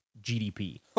GDP